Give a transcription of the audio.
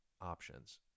options